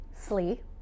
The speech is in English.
Slee